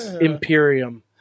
Imperium